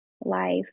life